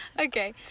Okay